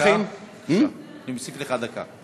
אני מוסיף לך דקה.